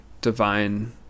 divine